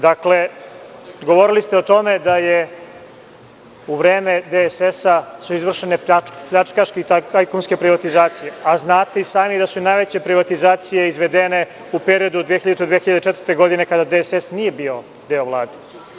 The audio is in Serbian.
Dakle, govorili ste o tome da su u vreme DSS-a izvršene pljačkaške i tajkunske privatizacije, a znate i sami da su najveće privatizacije izvedene u periodu od 2000. do 2004. godine, kada DSS nije bio deo Vlade.